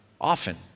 often